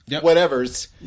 whatever's